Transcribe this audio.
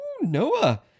Noah